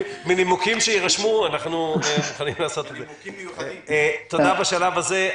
תודה בשלב הזה.